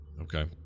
Okay